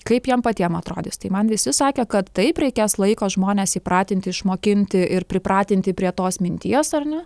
kaip jiem patiem atrodys tai man visi sakė kad taip reikės laiko žmones įpratinti išmokinti ir pripratinti prie tos minties ar ne